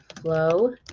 flow